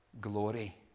glory